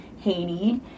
Haiti